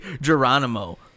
Geronimo